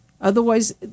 Otherwise